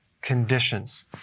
conditions